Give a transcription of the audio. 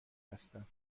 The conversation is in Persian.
هستم